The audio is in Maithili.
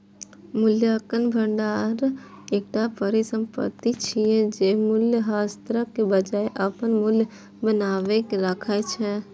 मूल्यक भंडार एकटा परिसंपत्ति छियै, जे मूल्यह्रासक बजाय अपन मूल्य बनाके राखै छै